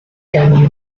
can